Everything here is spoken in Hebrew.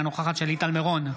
אינה נוכחת שלי טל מירון,